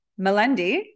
Melendi